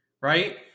right